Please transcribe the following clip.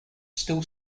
still